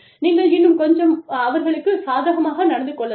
நீங்கள் இன்னும் கொஞ்சம் அவர்களுக்கு சாதகமாக நடந்து கொள்ளலாம்